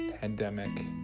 pandemic